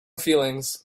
feelings